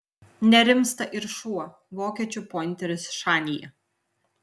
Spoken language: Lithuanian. nerimsta ir šuo vokiečių pointeris šanyje